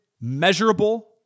measurable